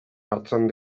hartzen